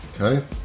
Okay